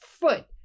foot